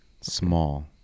small